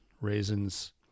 raisins